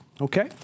Okay